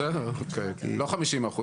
לא 50%,